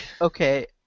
Okay